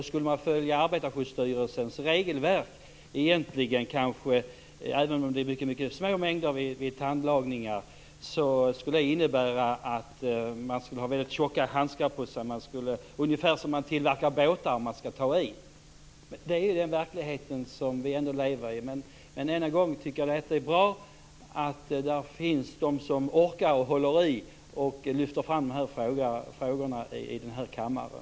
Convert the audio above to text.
Skulle man följa Arbetarskyddsstyrelsens regelverk, även om det är mycket små mängder vid tandlagningar, skulle det innebära att man skulle ha väldigt tjocka handskar på sig. Det skulle vara ungefär som när man tillverkar båtar, om man skall ta i. Det är den verklighet som vi lever i. Men jag tycker att det är bra att det finns de som orkar jobba med detta och lyfter fram dessa frågor här i kammaren.